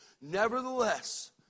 Nevertheless